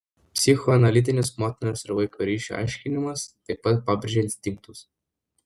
psichoanalitinis motinos ir vaiko ryšio aiškinimas taip pat pabrėžia instinktus